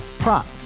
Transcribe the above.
Prop